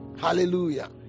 hallelujah